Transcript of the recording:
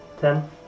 Ten